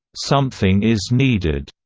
something is needed,